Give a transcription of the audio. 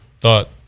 thought